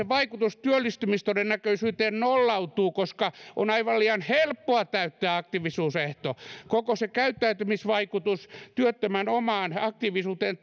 vaikutus työllistymistodennäköisyyteen nollautuu koska on aivan liian helppoa täyttää aktiivisuusehto koko se käyttäytymisvaikutus työttömän omaan aktiivisuuteen